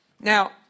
Now